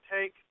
take